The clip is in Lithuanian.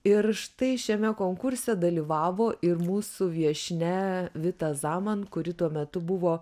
ir štai šiame konkurse dalyvavo ir mūsų viešnia vita zaman kuri tuo metu buvo